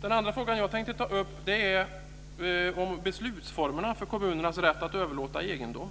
Den andra frågan jag tänkte ta upp är beslutsformerna för kommunernas rätt att överlåta egendom.